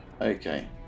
Okay